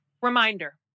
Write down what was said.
Reminder